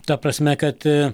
ta prasme kad